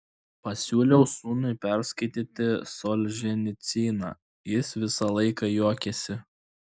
pasiūliau sūnui perskaityti solženicyną jis visą laiką juokėsi